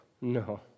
No